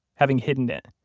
having hidden it.